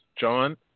John